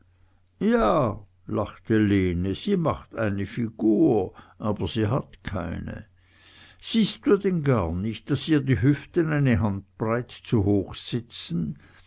ja lachte lene sie macht eine figur aber sie hat keine siehst du denn gar nicht daß ihr die hüften eine handbreit zu hoch sitzen